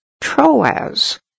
Troas